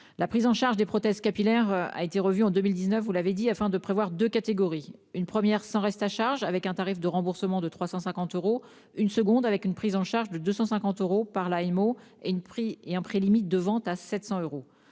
La prise en charge des prothèses capillaires a été revue en 2019, afin de prévoir deux catégories : une première sans reste à charge avec un tarif de remboursement de 350 euros ; une seconde avec une prise en charge de 250 euros par l'assurance maladie obligatoire (AMO) et un prix limite de vente à 700 euros.